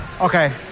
Okay